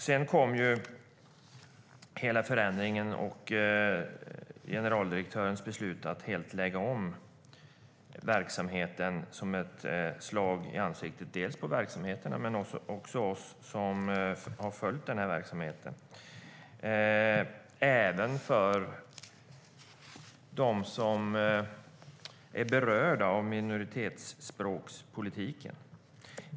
Sedan kom hela förändringen och generaldirektörens beslut att helt lägga om verksamheten som ett slag i ansiktet dels för de övriga verksamheterna, dels för oss som har följt verksamheten och dels för dem som är berörda av minoritetsspråkspolitiken.